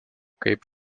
kaip